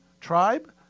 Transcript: tribe